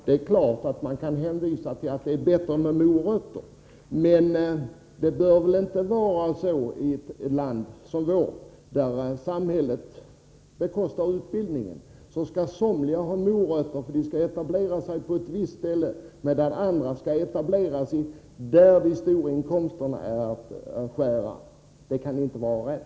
Herr talman! Visst kan man hänvisa till att det är bättre med morötter. Menii ett land som vårt, där samhället bekostar utbildningen, bör det väl inte vara så att somliga skall ha morötter för att etablera sig på vissa ställen medan andra skall få etablera sig där de stora inkomsterna är att vinna. Det kan inte vara rätt.